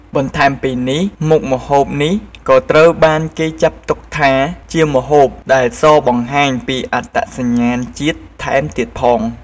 បន្ថែមពីនេះមុខម្ហូបនេះក៏ត្រូវបានគេចាត់ទុកថា ជាម្ហូបដែលសរបង្ហាញពីអត្តសញ្ញាណជាតិថែមទៀតផង។